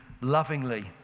lovingly